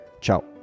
Ciao